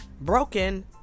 Broken